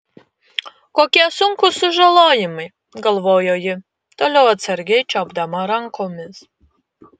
kokie sunkūs sužalojimai galvojo ji toliau atsargiai čiuopdama rankomis